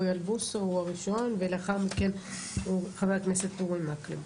אוריאל בוסו הוא הראשון ולאחר מכן חבר הכנסת אורי מקלב.